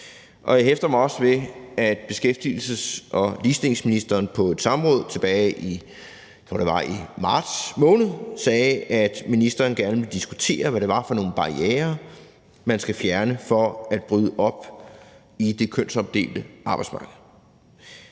jeg hæfter mig også ved, at beskæftigelses- og ligestillingsministeren på et samråd tilbage i marts måned sagde, at ministeren gerne vil diskutere, hvad det er for nogen barrierer, man skal fjerne for at bryde op i det kønsopdelte arbejdsmarked.